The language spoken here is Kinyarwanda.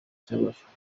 cyabashije